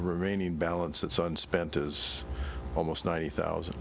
remaining balance that son spent is almost ninety thousand